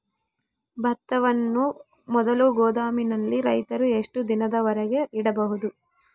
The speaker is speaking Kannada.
ಭತ್ತವನ್ನು ಮೊದಲು ಗೋದಾಮಿನಲ್ಲಿ ರೈತರು ಎಷ್ಟು ದಿನದವರೆಗೆ ಇಡಬಹುದು?